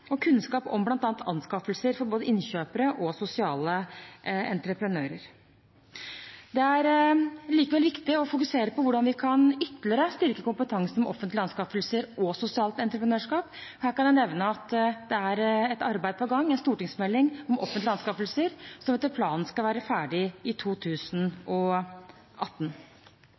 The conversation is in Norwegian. og kunnskap om bl.a. anskaffelser for både innkjøpere og sosiale entreprenører. Det er likevel viktig å fokusere på hvordan vi ytterligere kan styrke kompetansen om offentlige anskaffelser og sosialt entreprenørskap. Her kan jeg nevne at det er på gang et arbeid med en stortingsmelding om offentlige anskaffelser, som etter planen skal være ferdig i 2018.